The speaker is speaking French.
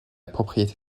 propriété